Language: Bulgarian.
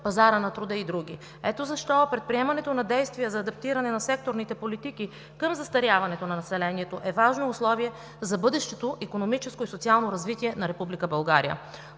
пазара на труда и други. Ето защо предприемането на действия за адаптиране на секторните политики към застаряването на населението е важно условие за бъдещето икономическо и социално развитие на